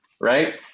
Right